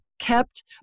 kept